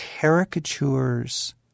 caricatures